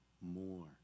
more